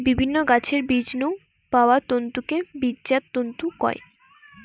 বিভিন্ন গাছের বীজ নু পাওয়া তন্তুকে বীজজাত তন্তু কয়